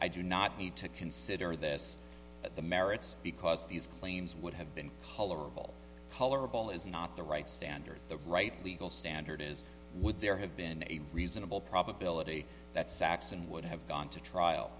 i do not need to consider this at the merits because these claims would have been holler colorable is not the right standard the right legal standard is would there have been a reasonable probability that saxon would have gone to trial